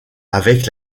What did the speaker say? avec